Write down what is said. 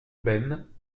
benne